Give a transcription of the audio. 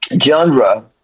genre